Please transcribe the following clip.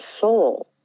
soul